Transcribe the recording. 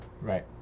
right